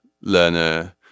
learner